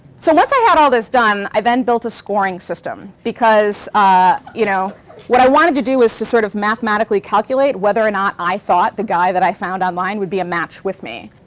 so once i had all this done, i then built a scoring system, because ah you know what i wanted to do was to sort of mathematically calculate whether or not i thought the guy that i found online would be a match with me.